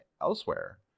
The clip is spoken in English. elsewhere